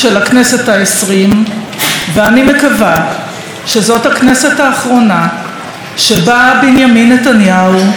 ואני מקווה שזאת הכנסת האחרונה שבה בנימין נתניהו הוא ראש ממשלת ישראל.